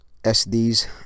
SD's